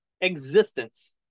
existence